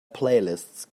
playlists